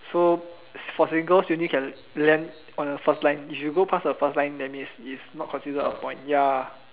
so for singles you only can land on the first line if you go past the first line that mean it's it's not considered a point ya